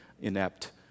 inept